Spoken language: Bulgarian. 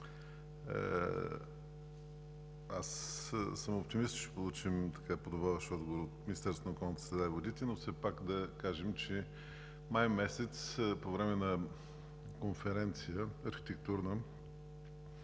Аз съм оптимист, че ще получим подобаващ отговор от Министерството на околната среда и водите, но все пак да кажем, че месец май по време на архитектурна